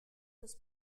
this